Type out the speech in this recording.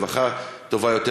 רווחה טובה יותר.